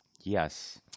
Yes